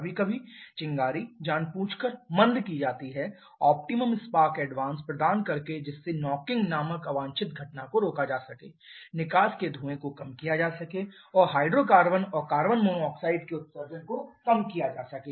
कभी कभी चिंगारी जानबूझकर मंद की जाती है ऑप्टिमम स्पार्क एडवांस प्रदान करके जिससे नॉकिंग नामक अवांछित घटना को रोका जा सके निकास के धुएं को कम किया जा सके और हाइड्रोकार्बन और कार्बन मोनोऑक्साइड के उत्सर्जन को कम किया जा सके